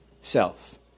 self